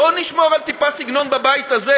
בואו נשמור על טיפת סגנון בבית הזה.